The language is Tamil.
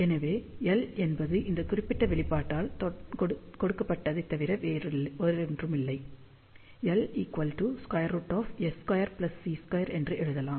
எனவே எல் என்பது இந்த குறிப்பிட்ட வெளிப்பாட்டால் கொடுக்கப்பட்டதைத் தவிர வேறொன்றுமில்லை L√S2C2 என்று எழுதலாம்